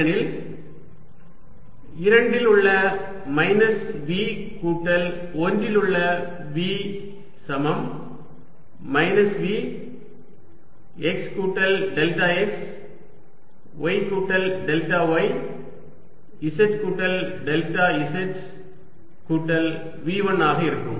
எனில் 2 இல் உள்ள மைனஸ் V கூட்டல் 1 இல் உள்ள V சமம் மைனஸ் V x கூட்டல் டெல்டா x y கூட்டல் டெல்டா y z கூட்டல் டெல்டா z கூட்டல் V 1 ஆக இருக்கும்